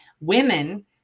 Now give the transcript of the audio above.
Women